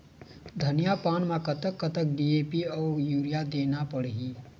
धनिया पान मे कतक कतक डी.ए.पी अऊ यूरिया देना पड़ही?